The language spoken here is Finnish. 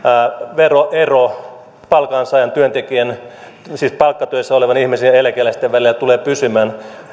veroero palkansaajan työntekijän siis palkkatyössä olevan ihmisen ja eläkeläisen välillä tulee pysymään